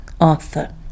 arthur